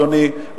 אדוני,